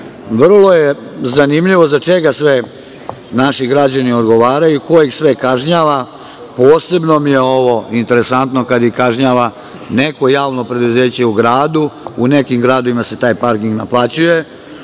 je zanimljivo za čega sve naši građani odgovaraju, ko ih sve kažnjava, posebno mi je ovo interesantno, kad ih kažnjava neko javno preduzeće u gradu. U nekim gradovima se taj parking naplaćuje,